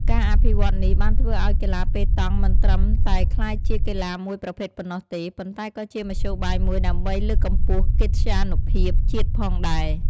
ការអភិវឌ្ឍន៍នេះបានធ្វើឱ្យកីឡាប៉េតង់មិនត្រឹមតែក្លាយជាកីឡាមួយប្រភេទប៉ុណ្ណោះទេ ប៉ុន្តែក៏ជាមធ្យោបាយមួយដើម្បីលើកកម្ពស់កិត្យានុភាពជាតិផងដែរ។